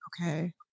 Okay